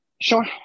Sure